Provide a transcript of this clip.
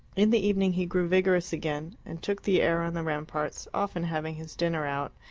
in the evening he grew vigorous again, and took the air on the ramparts, often having his dinner out,